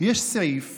יש סעיף